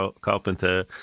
Carpenter